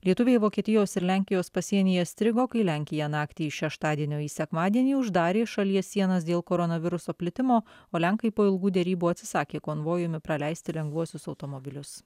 lietuviai vokietijos ir lenkijos pasienyje strigo kai lenkija naktį iš šeštadienio į sekmadienį uždarė šalies sienas dėl koronaviruso plitimo o lenkai po ilgų derybų atsisakė konvojumi praleisti lengvuosius automobilius